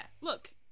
look